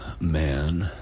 Man